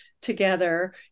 together